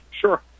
Sure